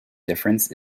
difference